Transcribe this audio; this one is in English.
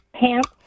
Pants